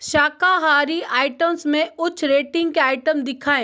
शाकाहारी आइटम्स में उच्च रेटिंग के आइटम दिखाएँ